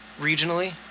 regionally